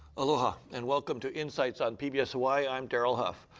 aloha and welcome to insights on pbs hawai'i. i'm daryl huff.